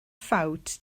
ffawt